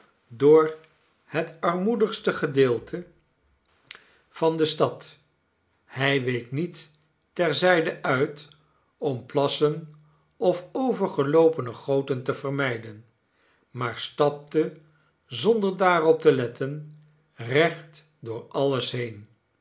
door het armoedigste gedeelte van de stad hij week niet ter zijde uit om plassen of overgeloopene goten te vermijden maar stapte zonder daarop te letten recht door alles heen